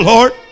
Lord